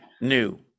new